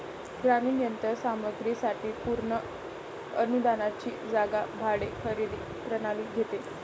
ग्रामीण यंत्र सामग्री साठी पूर्ण अनुदानाची जागा भाडे खरेदी प्रणाली घेते